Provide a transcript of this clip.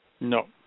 No